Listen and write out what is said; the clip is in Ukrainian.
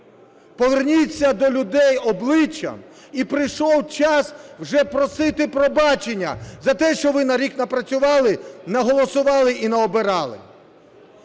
Поверніться до людей обличчям. І прийшов час вже просити пробачення за те, що ви за рік напрацювали, наголосували і наобирали.